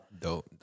Dope